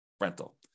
rental